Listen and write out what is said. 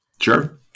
Sure